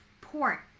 Port